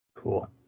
Cool